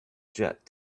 jet